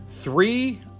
three